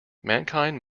mankind